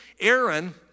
Aaron